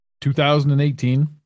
2018